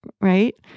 right